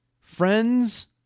friends